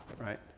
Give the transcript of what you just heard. right